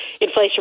Inflation